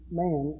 man